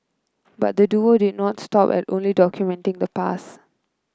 but the duo did not stop at only documenting the past